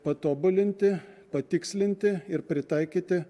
patobulinti patikslinti ir pritaikyti